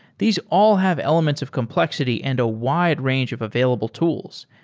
these all have elements of complexity and a wide range of available tools.